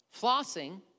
Flossing